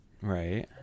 Right